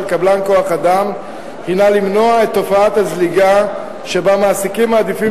קבלן כוח-אדם הינה למנוע את תופעת הזליגה שבה מעסיקים מעדיפים